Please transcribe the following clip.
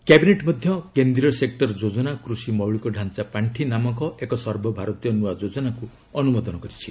cabinet ମଧ୍ୟ କେନ୍ଦ୍ରୀୟ ସେକ୍ରର ଯୋଜନା କୃଷି ମୌଳିକ ଡାଞ୍ଚା ପାର୍ଷି ନାମକ ଏକ ସର୍ବଭାରତୀୟ ନୂଆ ଯୋଜନାକୁ ଅନୁମୋଦନ କରିଛି